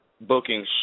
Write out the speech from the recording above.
booking